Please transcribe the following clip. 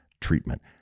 treatment